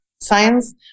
science